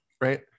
right